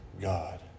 God